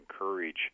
encourage